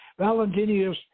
Valentinius